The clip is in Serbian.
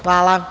Hvala.